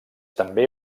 també